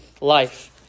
life